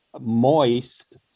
moist